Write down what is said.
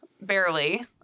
Barely